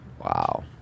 Wow